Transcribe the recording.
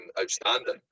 outstanding